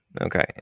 Okay